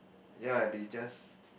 ya they just